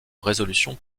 résolution